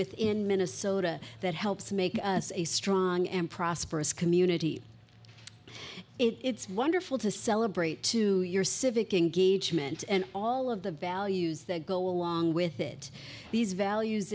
within minnesota that helps make us a strong and prosperous community it's wonderful to celebrate to your civic engagement and all of the values that go along with it these values